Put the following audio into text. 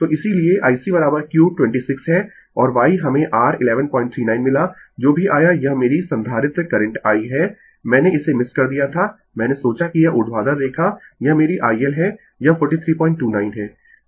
तो इसीलिये ICq 26 है और y हमें r 1139 मिला जो भी आया यह मेरी संधारित्र करंट I है मैंने इसे मिस कर दिया था मैंने सोचा कि यह ऊर्ध्वाधर रेखा यह मेरी I L है यह 4329 है